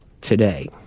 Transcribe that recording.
today